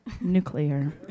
Nuclear